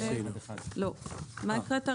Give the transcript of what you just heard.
מה הקראת ראשון?